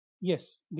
yes